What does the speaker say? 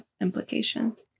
implications